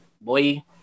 boy